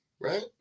right